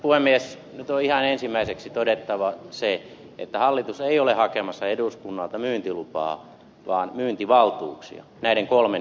nyt on ihan ensimmäiseksi todettava se että hallitus ei ole hakemassa eduskunnalta myyntilupaa vaan myyntivaltuuksia näiden kolmen yhtiön osalta